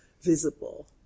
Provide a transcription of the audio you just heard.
visible